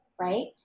right